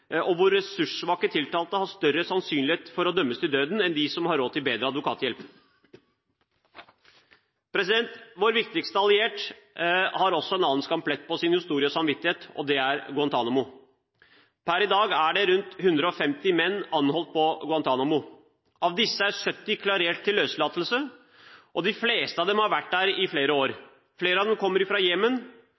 og hvor ressurssvake tiltalte har større sannsynlighet for å dømmes til døden enn dem som har råd til bedre advokathjelp Vår viktigste allierte har også en annen skamplett på sin historie og samvittighet, og det er Guantánamo. Per i dag er rundt 150 menn anholdt på Guantánamo. Av disse er 70 klarert til løslatelse, og de fleste av dem har vært der i flere år. Flere av dem kommer